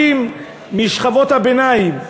כעובדים משכבות הביניים.